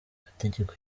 amategeko